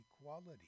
equality